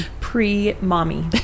Pre-mommy